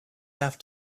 have